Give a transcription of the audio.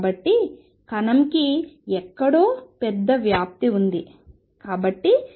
కాబట్టి కణంకి ఎక్కడో పెద్ద వ్యాప్తి ఆమ్ప్లిట్యూడ్ ఉంది